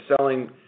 selling